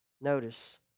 notice